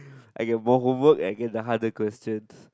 I get more homework I get the harder questions